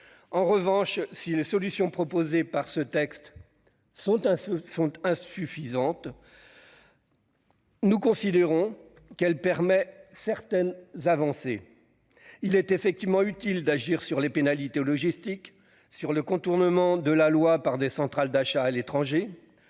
de ce nom. Si les solutions proposées par ce texte sont insuffisantes, nous considérons qu'elles permettent certaines avancées. Il est effectivement utile d'agir sur les pénalités logistiques, sur le contournement de la loi par des centrales d'achat à l'étranger,